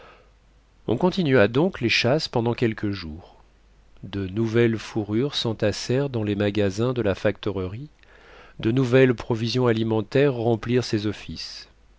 on continua donc les chasses pendant quelques jours de nouvelles fourrures s'entassèrent dans les magasins de la factorerie de nouvelles provisions alimentaires remplirent ses offices